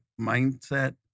mindset